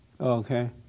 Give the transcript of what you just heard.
Okay